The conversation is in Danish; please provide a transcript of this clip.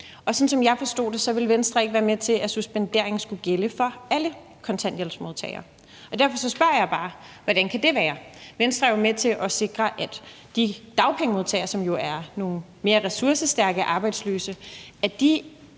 Og sådan, som jeg forstod det, vil Venstre ikke være med til, at suspenderingen skal gælde for alle kontanthjælpsmodtagere. Derfor spørger jeg bare: Hvordan kan det være? Venstre er jo med til at sikre, at de dagpengemodtagere, som er nogle mere ressourcestærke arbejdsløse,